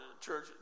church